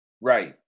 Right